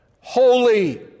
Holy